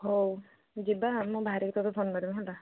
ହଉ ଯିବା ମୁଁ ବାହାରିକି ତୋତେ ଫୋନ ମାରିବି ହେଲା